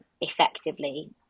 effectively